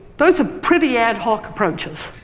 those are pretty ad-hoc approaches.